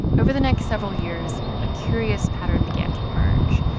over the next several years, a curious pattern began to emerge.